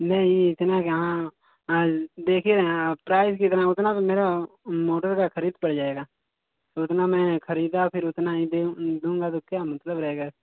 नहीं इतना यहाँ देखिए प्राइस भी कहाँ उतना तो मेरा मोटर का खरीद पड़ जाएगा तो उतना में खरीदा फिर उतना हीं दे दूंगा तो क्या मतलब रह गया